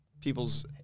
people's